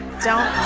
don't